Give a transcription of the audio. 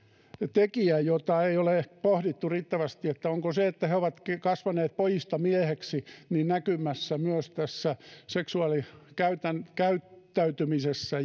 tekijä jota ei ole pohdittu riittävästi onko se että he ovat kasvaneet pojista miehiksi näkymässä myös tässä seksuaalikäyttäytymisessä